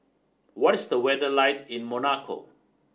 what is the weather like in Monaco